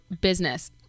business